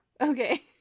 okay